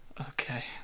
Okay